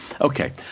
Okay